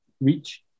reach